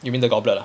you mean the goblet